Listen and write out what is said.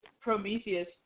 Prometheus